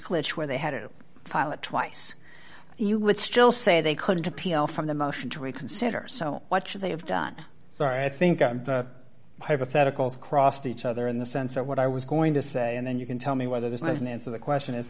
clip where they had to file it twice you would still say they couldn't appeal from the motion to reconsider so what should they have done so i think hypotheticals crossed each other in the sense that what i was going to say and then you can tell me whether this is an answer the question is